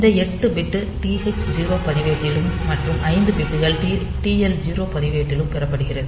இந்த 8 bit TH 0 பதிவேட்டிலும் மற்றும் 5 பிட்கள் TL 0 பதிவேட்டிலும் பெறப்படுகிறது